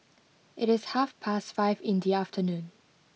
it is half past five in the afternoon